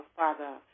father